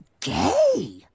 gay